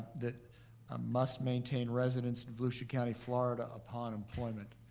that ah must maintain residence in volusia county, florida upon employment.